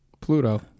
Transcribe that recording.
Pluto